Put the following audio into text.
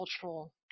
cultural